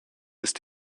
ist